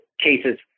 cases